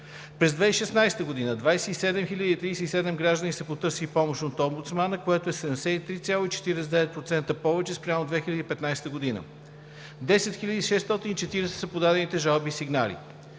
През 2016 г. 27 037 граждани са потърсили помощ от омбудсмана, което е 73,49% повече спрямо 2015 г., 10 640 са подадените жалби и сигнали.